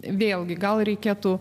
vėlgi gal reikėtų